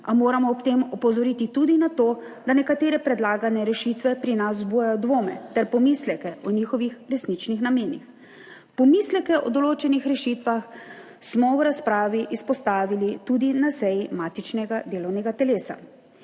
a moramo ob tem opozoriti tudi na to, da nekatere predlagane rešitve pri nas vzbujajo dvome ter pomisleke o njihovih resničnih namenih. Pomisleke o določenih rešitvah smo v razpravi izpostavili tudi na seji matičnega delovnega telesa.